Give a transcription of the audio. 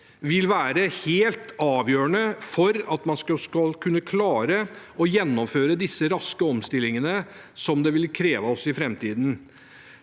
viktig, helt avgjørende, for at man skal kunne klare å gjennomføre de raske omstillingene som vil kreves av oss i framtiden.